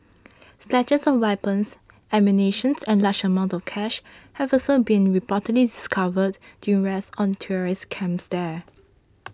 stashes of weapons ammunition and large amounts of cash have also been reportedly discovered during raids on terrorist camps there